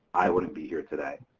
i wouldn't be here today.